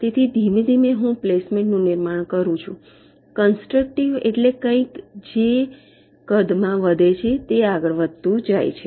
તેથી ધીમે ધીમે હું પ્લેસમેન્ટ નું નિર્માણ કરું છું કંસ્ટ્રક્ટિવ એટલે કંઈક કે જે કદમાં વધે છે તે આગળ વધતું જાય છે